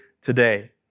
today